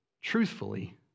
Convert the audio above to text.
truthfully